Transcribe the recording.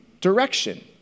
direction